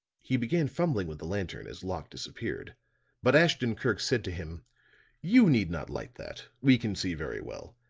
he began fumbling with the lantern as locke disappeared but ashton-kirk said to him you need not light that. we can see very well.